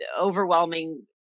overwhelming